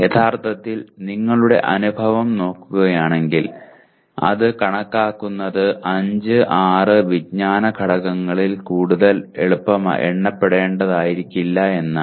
യഥാർത്ഥത്തിൽ നിങ്ങളുടെ അനുഭവം നോക്കുകയാണെങ്കിൽ അത് കാണിക്കുന്നത് 5 6 വിജ്ഞാന ഘടകങ്ങളിൽ കൂടുതൽ എണ്ണപ്പെടേണ്ടതായിരിക്കില്ല എന്നാണ്